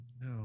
no